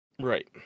Right